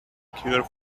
cure